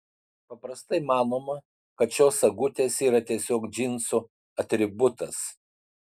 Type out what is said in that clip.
paprastai manoma kad šios sagutės yra tiesiog džinsų atributas